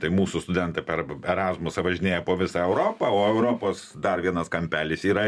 tai mūsų studentai per erasmusą važinėja po visą europą o europos dar vienas kampelis yra